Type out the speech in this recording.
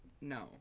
no